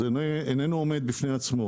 זה איננו עומד בפני עצמו.